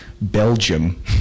Belgium